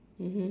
mmhmm